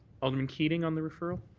alderman keating on the referral?